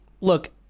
look